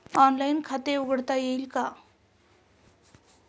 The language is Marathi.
ऑनलाइन खाते उघडता येईल का?